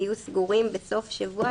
יהיו סגורים בסוף שבוע?